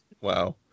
wow